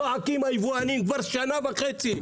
זועקים היבואנים כבר שנה וחצי.